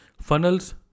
funnels